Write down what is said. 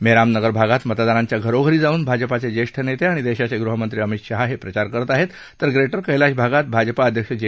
मेहराम नगर भागात मतदारांच्या घरोघरी जाऊन भाजपाचे ज्येष्ठ नेते आणि देशाचे गृहमंत्री अमित शहा हे प्रचार करत आहेत तर ग्रेटर कैलाश भागात भाजपा अध्यक्ष जे